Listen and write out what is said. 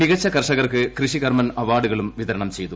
മികച്ച കർഷകർക്ക് കൃഷി കർമ്മൻ അവാർഡുകളും വിതരണം ചെയ്തു